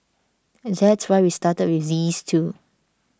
that's why we started with these two